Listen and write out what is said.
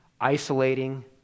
isolating